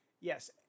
yes